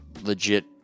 legit